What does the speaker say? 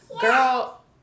girl